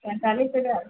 पैंतालीस हज़ार